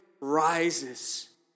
Rises